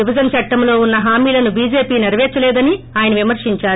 విభజన చట్టంలో ఉన్న హామ్లను బీజేపీ నెరపేర్చలేదని అయన విమర్శించారు